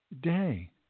day